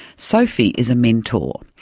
sophie is a mentor.